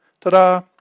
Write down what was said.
Ta-da